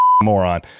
moron